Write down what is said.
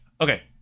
Okay